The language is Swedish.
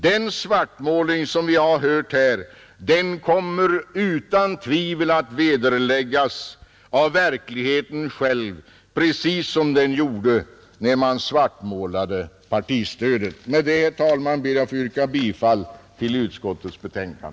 Den svartmålning som vi hört här kommer utan tvivel att vederläggas av verkligheten själv, precis som den gjorde när man svartmålade partistödet. Med dessa ord, herr talman, ber jag att få yrka bifall till skatteutskottets hemställan.